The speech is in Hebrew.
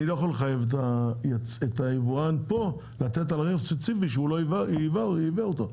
אני לא יכול לחייב את היבואן פה לתת על רכב ספציפי שלא הוא ייבא אותו,